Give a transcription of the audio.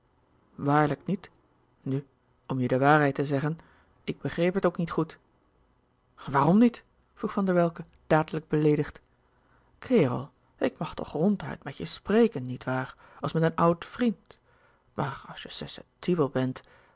waarlijk niet nu om je de waarheid te zeggen ik begreep het ook niet goed waarom niet vroeg van der welcke dadelijk beleedigd kerel ik mag toch ronduit met je spreken niet waar als met een oud vriend maar als je susceptibel bent